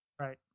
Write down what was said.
Right